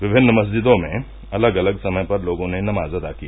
विभिन्न मस्जिदों में अलग अलग समय पर लोगों ने नमाज अदा की